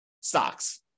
stocks